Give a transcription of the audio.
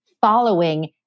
following